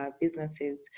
businesses